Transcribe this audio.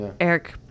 Eric